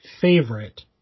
favorite